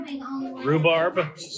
Rhubarb